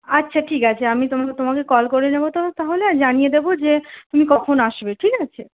আচ্ছা ঠিক আছে আমি তোমাকে তোমাকে কল করে নেবো তো তাহলে আর জানিয়ে দেবো যে তুমি কখন আসবে ঠিক আছে